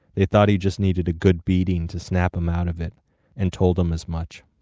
they thought he just needed a good beating to snap him out of it and told him as much.